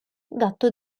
gatto